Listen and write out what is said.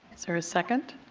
is there a second?